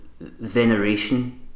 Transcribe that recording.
veneration